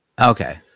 Okay